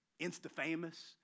Insta-famous